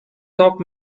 top